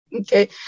okay